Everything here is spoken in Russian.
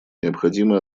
необходимы